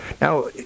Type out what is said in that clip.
now